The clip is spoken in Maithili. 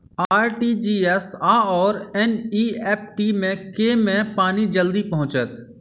आर.टी.जी.एस आओर एन.ई.एफ.टी मे केँ मे पानि जल्दी पहुँचत